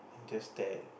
just stare